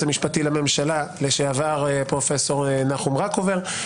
המשפטי לממשלה לשעבר פרופ' נחום רקובר.